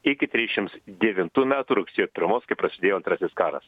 iki trisdešimts devintų metų rugsėjo pirmos kai prasidėjo antrasis karas